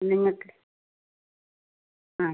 നിങ്ങൾക്ക് ആ